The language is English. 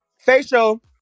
Facial